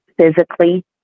physically